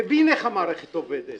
מבין איך המערכת עובדת.